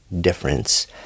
difference